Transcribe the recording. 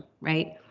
right